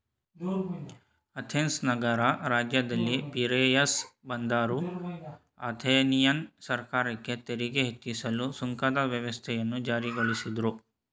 Athens ನಗರ ರಾಜ್ಯದಲ್ಲಿ Piraeus ಬಂದರು ಅಥೆನಿಯನ್ ಸರ್ಕಾರಕ್ಕೆ ತೆರಿಗೆ ಹೆಚ್ಚಿಸಲು ಸುಂಕದ ವ್ಯವಸ್ಥೆಯನ್ನು ಜಾರಿಗೊಳಿಸಿದ್ರು